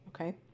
Okay